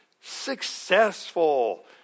successful